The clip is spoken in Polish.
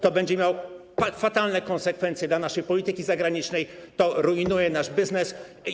To będzie miało fatalne konsekwencje dla naszej polityki zagranicznej, to zrujnuje nasz biznes.